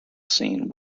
scene